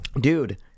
dude